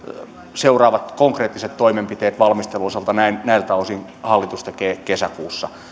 seuraavat konkreettiset toimenpiteet valmistelun osalta näiltä osin hallitus tekee kesäkuussa